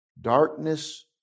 Darkness